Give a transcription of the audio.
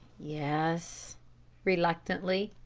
yes reluctantly.